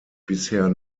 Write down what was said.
bisher